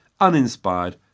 uninspired